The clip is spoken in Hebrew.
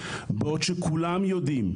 בעוד שכולם יודעים,